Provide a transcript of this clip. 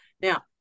now